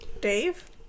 Dave